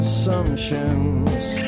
assumptions